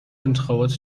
انتخابات